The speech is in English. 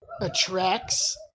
attracts